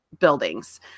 buildings